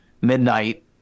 midnight